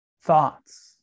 thoughts